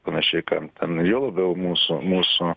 panašiai kam ten ir juo labiau mūsų mūsų